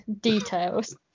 details